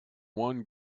one